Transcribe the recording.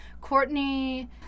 Courtney